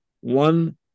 one